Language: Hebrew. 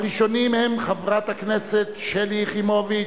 הראשונים הם חברת הכנסת שלי יחימוביץ,